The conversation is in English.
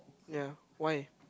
ya why